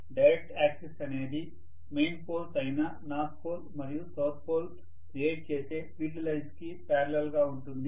direct axis అనేది main poles అయిన north pole మరియు సౌత్ పోల్ క్రియేట్ చేసిన ఫీల్డ్ లైన్స్ కి పారలల్ గా ఉంటుంది